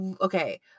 Okay